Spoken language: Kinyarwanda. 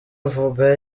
avuga